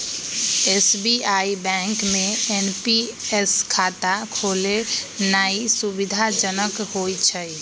SBI bank में NPS खता खोलेनाइ सुविधाजनक होइ छइ